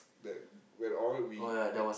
that when all we we